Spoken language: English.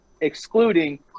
excluding